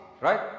right